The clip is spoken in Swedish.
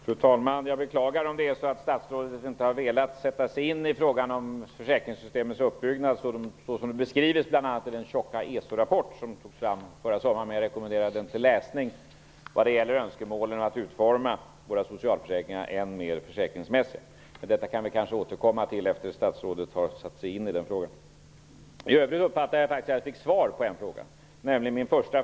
Fru talman! Jag beklagar om det är så att statsrådet inte har velat sätt sig in i frågan om försäkringssystemets uppbyggnad så som det beskrives bl.a. i den tjocka ESO-rapport som togs fram förra sommaren. Jag rekommenderar den till läsning när det gäller önskemålen att utforma våra socialförsäkringar än mer försäkringsmässigt. Detta kan vi kanske återkomma till efter det att statsrådet har satt sig in i den frågan. I övrigt uppfattade jag att jag faktiskt fick svar på en fråga, nämligen min första.